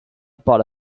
bought